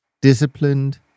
disciplined